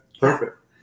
Perfect